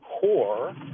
core